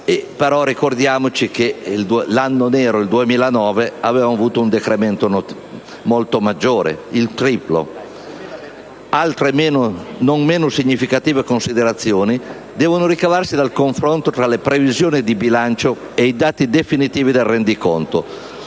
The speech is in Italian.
cento: ricordiamoci però che l'anno nero, il 2009, aveva avuto un decremento molto maggiore, pari al triplo. Altre non meno significative considerazioni si ricavano dal confronto tra le previsioni di bilancio e i dati definitivi del rendiconto,